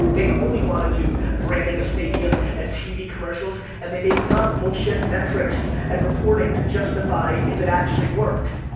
they only wanna do branding a stadium and tv commercials, and they make up bullshit metrics and reporting to justify if it actually worked.